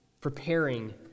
preparing